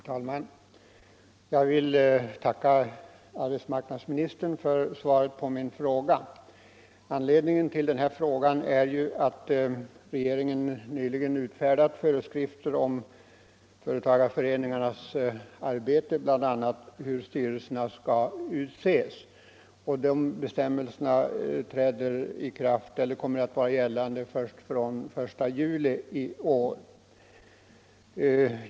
Herr talman! Jag vill tacka arbetsmarknadsministern för svaret på min fråga. Anledningen till frågan är att regeringen nyligen utfärdat föreskrifter om företagarföreningarnas arbete, bl.a. hur styrelserna skall utses. Dessa bestämmelser kommer att gälla från den 1 juli i år.